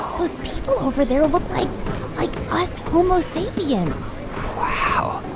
those people over there look like us homo sapiens wow,